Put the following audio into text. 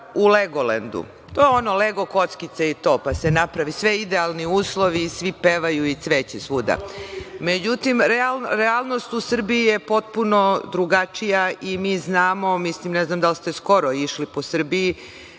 Legolend, to je ono lego kockice i to, pa se naprave idealni uslovi, svi pevaju i cveće svuda. Međutim, realnost u Srbiji je potpuno drugačija. Ne znam da li ste skoro išli po Srbiji,